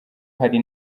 hari